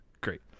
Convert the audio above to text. Great